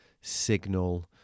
signal